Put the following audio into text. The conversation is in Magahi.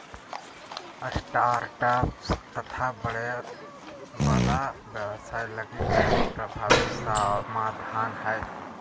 स्टार्टअप्स तथा बढ़े वाला व्यवसाय लगी एगो प्रभावी समाधान हइ